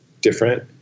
different